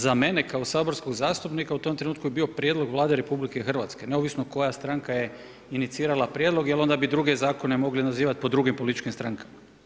Za mene kao saborskog zastupnika u tom trenutku je bio prijedlog Vlade Republike Hrvatske neovisno koja stranka je inicirala prijedlog, jer onda bi druge zakone mogli nazivati po drugim političkim strankama.